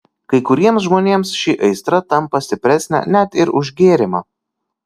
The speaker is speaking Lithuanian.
kai kuriems žmonėms ši aistra tampa stipresnė net ir už gėrimą